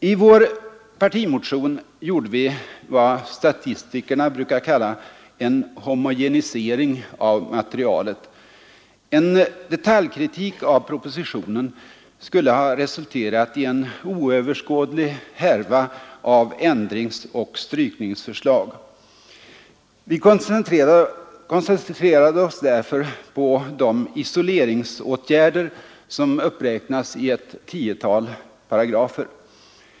I vår partimotion gjorde vi vad statistikerna brukar kalla en homogenisering av materialet. En detaljkritik av propositionen skulle ha resulterat i en oöverskådlig härva av ändringsoch strykningsförslag. Vi koncentrerade oss därför på de isoleringsåtgärder som uppräknats i ett tiotal paragrafer.